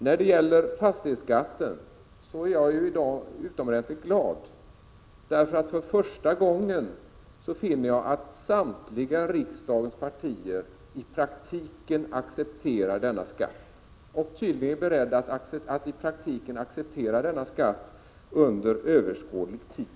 När det gäller fastighetsskatten är jag glad över att nu för första gången samtliga riksdagspartier i praktiken accepterar denna skatt och tydligen är beredda att acceptera den under överskådlig tid.